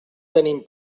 tenim